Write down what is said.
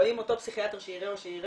או אם אותו פסיכיאטר שיראה אותו במפגש